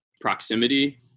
Proximity